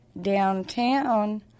downtown